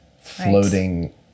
floating